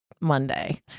Monday